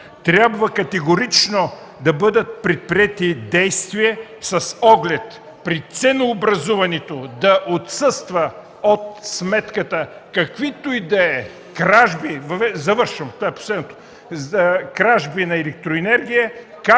трябва категорично да бъдат предприети действия с оглед при ценообразуването от сметката да отсъстват каквито и да са кражби на електроенергия